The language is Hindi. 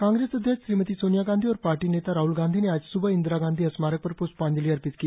कांग्रेस अध्यक्ष श्रीमती सोनिया गांधी और पार्टी नेता राहल गांधी ने आज सुबह इंदिरा गांधी स्मारक पर प्ष्पांजलि अर्पित की